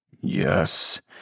Yes